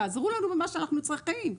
תעזרו לנו במה שאנחנו צריכים.